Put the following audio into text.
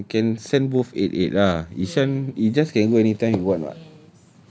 no as in can send both eight eight lah ishan ijaz can go anytime he want [what]